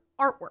artwork